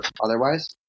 otherwise